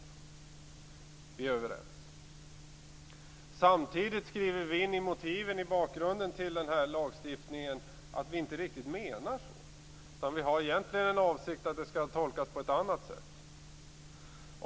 Vi är överens. Samtidigt skriver vi in i motiven i bakgrunden till denna lagstiftning att vi inte riktigt menar så utan att vi egentligen har avsikten att den skall tolkas på ett annat sätt.